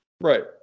Right